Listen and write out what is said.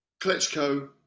Klitschko